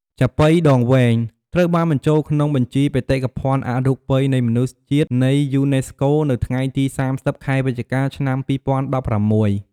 ចាប៉ីដងវែង ត្រូវបានបញ្ជូលក្នុងបញ្ជីបេតិកភណ្ឌអរូបីនៃមនុស្សជាតិនៃយូនេស្កូ នៅថ្ងៃទី៣០ ខែវិច្ឆិកា ឆ្នាំ២០១៦។